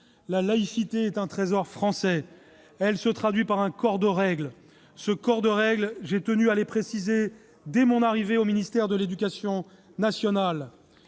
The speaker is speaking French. La laïcité est un trésor français. Elle se traduit par un corps de règles. Ce corps de règles, j'ai tenu à le préciser dès mon arrivée au ministère de l'éducation nationale.